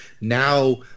Now